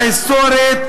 ההיסטורית,